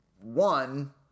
one